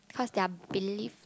cause they are believed